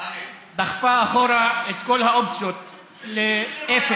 דחפה אחורה את כל האופציות לאפס,